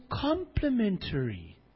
complementary